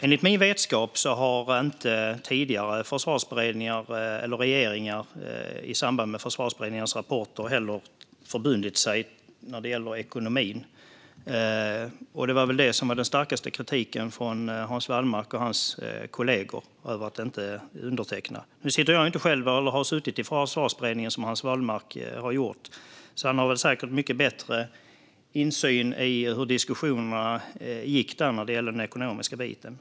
Enligt min vetskap har inte heller tidigare regeringar i samband med Försvarsberedningens rapporter förbundit sig när det gäller ekonomin. Det var väl det som var den starkaste kritiken från Hans Wallmark och hans kollegor när det gällde att inte underteckna. Nu har jag själv inte suttit i Försvarsberedningen som Hans Wallmark har gjort, så han har säkert mycket bättre insyn i hur diskussionerna gick när det gällde den ekonomiska biten.